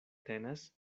tenas